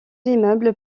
immeubles